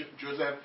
Joseph